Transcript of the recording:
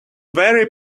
very